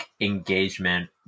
engagement